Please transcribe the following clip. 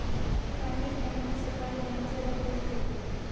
private bank में सरकारी bank से अलग रूल्स होते है